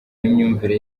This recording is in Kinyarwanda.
n’imyumvire